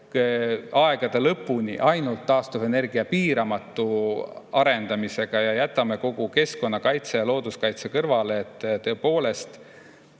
aegade lõpuni ainult taastuvenergia piiramatu arendamisega ja jätame kogu keskkonnakaitse ja looduskaitse kõrvale. Tõepoolest,